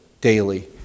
daily